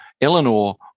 Eleanor